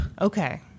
Okay